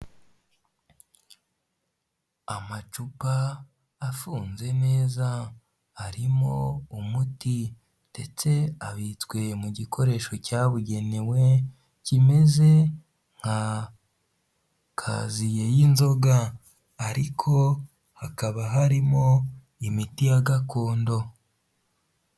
Amacupa afunze neza, arimo umuti ndetse abitswe mu gikoresho cyabugenewe, kimeze nka kaziye y'inzoga, ariko hakaba harimo imiti ya gakondo.